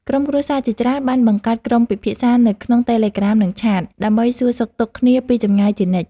ក្រុមគ្រួសារជាច្រើនបានបង្កើតក្រុមពិភាក្សានៅក្នុងតេឡេក្រាម និងឆាត ដើម្បីសួរសុខទុក្ខគ្នាពីចម្ងាយជានិច្ច។